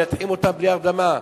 מנתחים אותם בלי הרדמה,